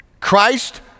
Christ